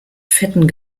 fetten